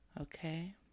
okay